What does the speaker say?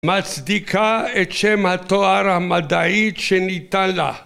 מצדיקה את שם התואר המדעי שניתן לה.